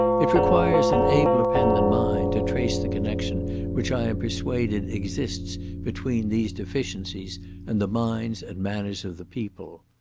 it requires an abler pen than mine to trace the connection which i am persuaded exists between these deficiencies and the minds and manners of the people.